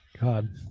god